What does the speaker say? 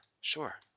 sure